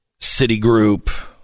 Citigroup